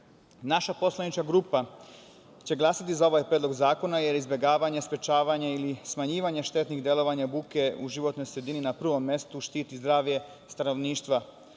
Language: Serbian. poslanička grupa će glasati za ovaj predlog zakona jer izbegavanje, sprečavanje ili smanjivanje štetnog delovanja buke u životnoj sredini na prvom mestu štiti zdravlje stanovništva.